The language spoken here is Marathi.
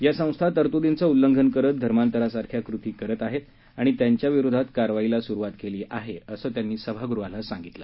या संस्था तरतुदींचं उल्लंघन करत धर्मातरासारख्या कृती करत आहेत आणि त्यांच्याविरोधात कारवाईला सुरुवात केली आहे असं त्यांनी सभागृहाला सांगितलं